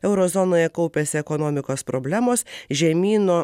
euro zonoje kaupiasi ekonomikos problemos žemyno